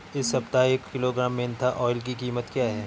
इस सप्ताह एक किलोग्राम मेन्था ऑइल की कीमत क्या है?